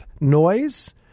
noise